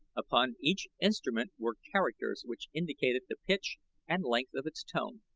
upon each instrument were characters which indicated the pitch and length of its tone.